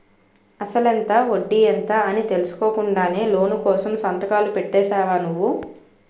అసలెంత? వడ్డీ ఎంత? అని తెలుసుకోకుండానే లోను కోసం సంతకాలు పెట్టేశావా నువ్వు?